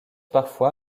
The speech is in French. parfois